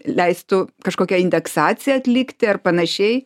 leistų kažkokią indeksaciją atlikti ar panašiai